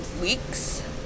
weeks